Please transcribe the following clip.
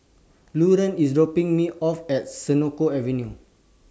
Lauren IS dropping Me off At Senoko Avenue